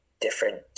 different